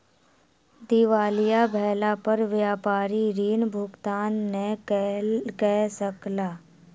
दिवालिया भेला पर व्यापारी ऋण भुगतान नै कय सकला